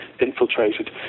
infiltrated